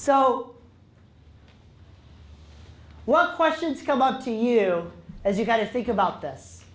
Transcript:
so what questions come up to you as you've got to think about this